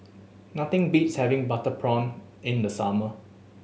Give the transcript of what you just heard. nothing beats having butter prawn in the summer